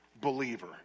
believer